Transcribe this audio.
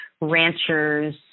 ranchers